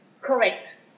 Correct